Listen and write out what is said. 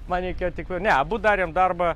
man reikėjo tik ne abu darėm darbą